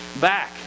back